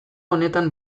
honetan